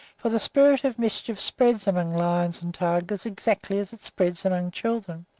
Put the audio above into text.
for the spirit of mischief spreads among lions and tigers exactly as it spreads among children.